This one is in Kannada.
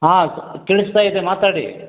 ಹಾಂ ಕೇಳಿಸ್ತಾ ಇದೆ ಮಾತಾಡಿ